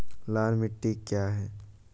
लाल मिट्टी क्या है?